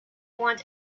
want